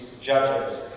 judges